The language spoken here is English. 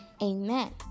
Amen